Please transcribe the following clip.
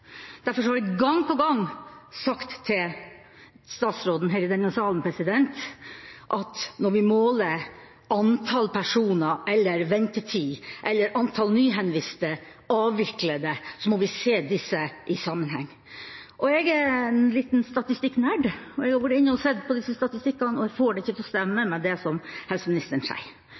Derfor har vi gang på gang sagt til statsråden her i denne salen at når vi måler antall personer eller ventetid eller antall nyhenviste eller avviklede, må vi se dette i sammenheng. Jeg er en liten statistikknerd. Jeg har vært inne og sett på disse statistikkene, og jeg får det ikke til å stemme med det som helseministeren